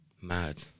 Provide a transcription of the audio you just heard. Mad